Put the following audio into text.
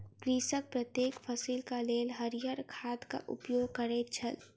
कृषक प्रत्येक फसिलक लेल हरियर खादक उपयोग करैत छल